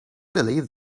believe